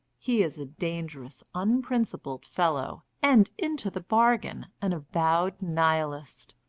he is a dangerous, unprincipled fellow, and into the bargain an avowed nihilist.